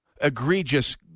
Egregious